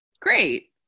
great